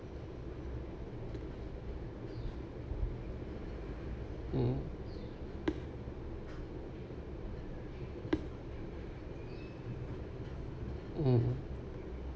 mm mm